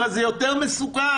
הרי זה יותר מסוכן.